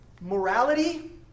Morality